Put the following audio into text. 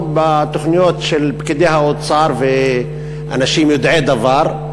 בתוכניות של פקידי האוצר ואנשים יודעי דבר,